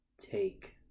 take